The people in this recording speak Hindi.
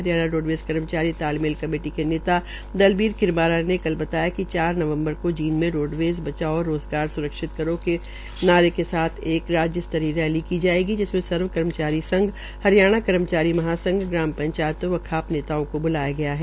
हरियाणा रोडवेज कर्मचारी कमेटी के नेता दलबीर किरमारा ने कल बताया कि चार नवम्बर को जींद में रोडवेज़ बचाओं रोज़गार स्रक्षित करो के नारे के साथ एक राज्य स्त्रीय रैली की जायेगी जिसमे सर्व कर्मचारीसंघ हरियाणा कर्मचारी महासंघ ग्राम पंचायतों व खाप नेताओं को भी ब्लाया गया है